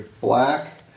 black